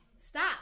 Stop